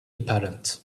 apparent